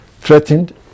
threatened